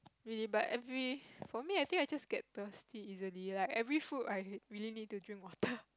really but every for me I think I just get thirsty easily like every food I really need to drink water